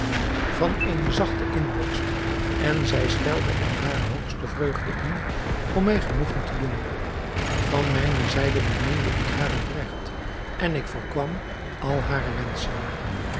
van eene zachte inborst en zij stelde er hare hoogste vreugde in om mij genoegen te doen van mijne zijde beminde ik haar opregt en ik voorkwam al hare wenschen